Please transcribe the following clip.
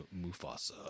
Mufasa